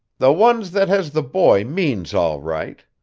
the ones that has the boy means all right.